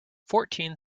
fourteen